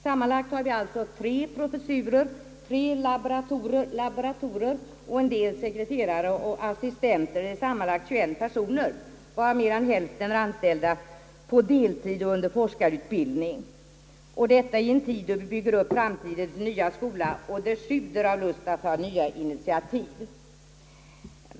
Sammanlagt har vi alltså tre professorer, tre laboratorer och en del sekreterare och assistenter, sammanlagt 21 personer, varav mer än hälften är anställda på deltid och under forskningsutbildning. Och detta i en tid då vi bygger upp framtidens nya skola och sjuder av lust att ta nya initiativ.